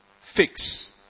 fix